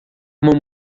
uma